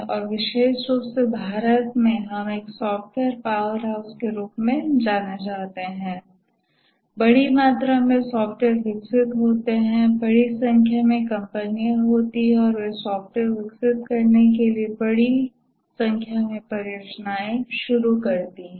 और विशेष रूप से भारत में हम एक सॉफ्टवेयर पावरहाउस के रूप में जाने जाते हैं बड़ी मात्रा में सॉफ्टवेयर विकसित होते हैं बड़ी संख्या में कंपनियां होती है और वे सॉफ्टवेयर विकसित करने के लिए बड़ी संख्या में परियोजनाएं शुरू करती हैं